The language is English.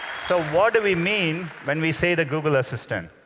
so what do we mean when we say the google assistant?